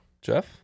Jeff